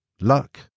luck